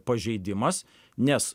pažeidimas nes